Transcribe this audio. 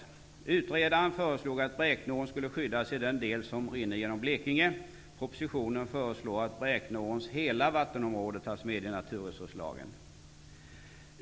Utredaren föreslog att Bräkneån skulle skyddas i den del som rinner genom Blekinge. Propositionen föreslår att Bräkneåns hela vattenområde tas med i naturresurslagen.